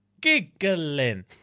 giggling